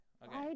okay